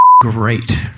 great